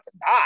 die